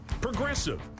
Progressive